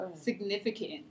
significant